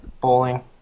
bowling